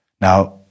Now